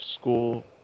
school